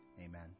Amen